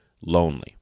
lonely